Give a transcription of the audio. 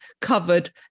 covered